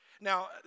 Now